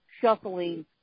shuffling